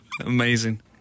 Amazing